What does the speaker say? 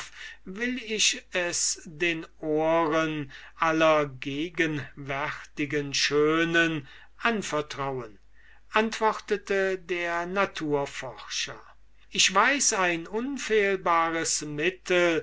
will ich es den ohren aller gegenwärtigen schönen anvertrauen antwortete der naturforscher ich weiß ein unfehlbares mittel